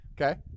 okay